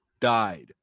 died